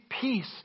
peace